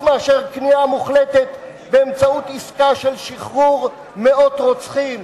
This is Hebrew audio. מאשר כניעה מוחלטת באמצעות עסקה של שחרור מאות רוצחים.